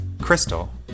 Crystal